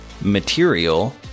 material